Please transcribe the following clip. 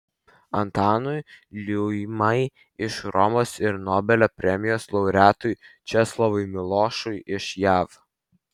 antanui liuimai iš romos ir nobelio premijos laureatui česlovui milošui iš jav